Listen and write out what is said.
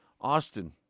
Austin